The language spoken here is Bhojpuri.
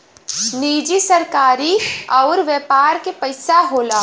निजी सरकारी अउर व्यापार के पइसा होला